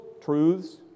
truths